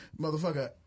Motherfucker